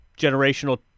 generational